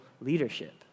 leadership